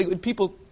People